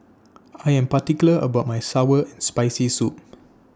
I Am particular about My Sour and Spicy Soup